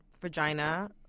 vagina